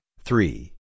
three